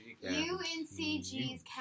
UNCG's